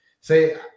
Say